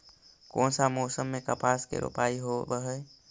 कोन सा मोसम मे कपास के रोपाई होबहय?